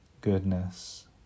goodness